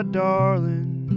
darling